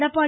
Edappadi